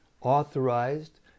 authorized